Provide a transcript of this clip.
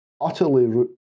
utterly